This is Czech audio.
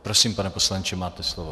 Prosím, pane poslanče, máte slovo.